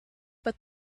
but